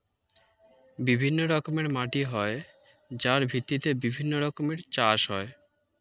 বিভিন্ন রকমের মাটি হয় যার ভিত্তিতে বিভিন্ন রকমের চাষ হয়